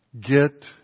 get